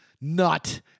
nut